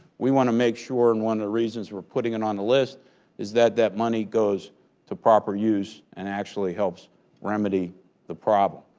we want to make sure, and one of the reasons we're putting it on the list is that that money goes to proper use and actually helps remedy the problem.